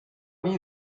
vite